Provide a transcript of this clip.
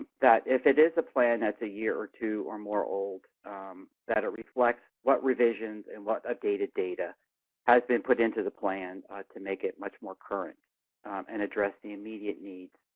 that if it is a plan that's a year or two or more old that it reflects what revisions and what updated data has been put into the plan to make it much more current and address the immediate needs